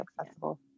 accessible